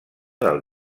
del